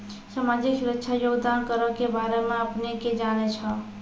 समाजिक सुरक्षा योगदान करो के बारे मे अपने कि जानै छो?